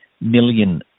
million